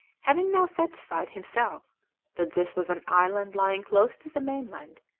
having now satisfied himself that this was an island lying close to the mainland,